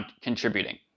contributing